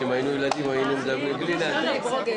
להאמין שנרדמתם בשמירה,